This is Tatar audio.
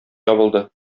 ябылды